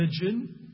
religion